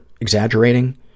exaggerating